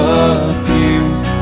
appears